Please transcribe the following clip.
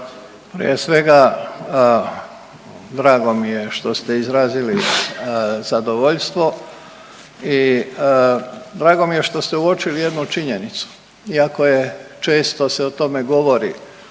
Prije svega, drago mi je što ste izrazili zadovoljstvo i drago mi je što ste uočili jednu činjenicu. Iako je često se o tome govori